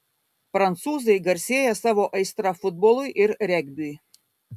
prancūzai garsėja savo aistra futbolui ir regbiui